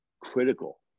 critical